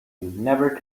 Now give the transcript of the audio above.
never